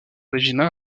regina